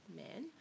men